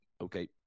Okay